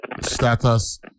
status